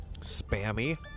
Spammy